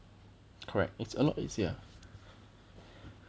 correct it's a lot easier